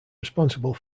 responsible